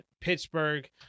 pittsburgh